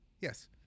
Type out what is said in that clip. Yes